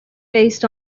based